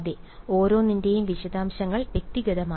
അതെ ഓരോന്നിന്റെയും വിശദാംശങ്ങൾ വ്യക്തിഗതമായി